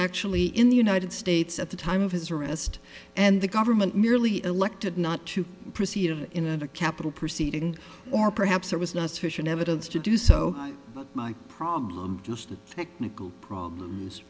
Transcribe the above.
actually in the united states at the time of his arrest and the government merely elected not to proceed of in a capital proceeding or perhaps there was not sufficient evidence to do so my problem just technical problems